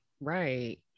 right